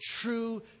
true